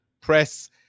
press